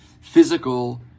physical